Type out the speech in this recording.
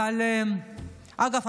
אגב,